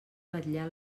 vetllar